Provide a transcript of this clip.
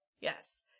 Yes